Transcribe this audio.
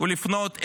ולפנות אליך,